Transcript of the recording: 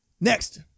next